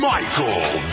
Michael